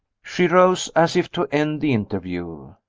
she rose, as if to end the interview.